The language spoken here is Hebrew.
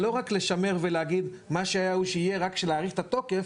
זה לא רק להגיד מה שהיה הוא שיהיה ורק להאריך את התוקף,